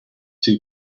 too